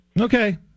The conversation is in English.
Okay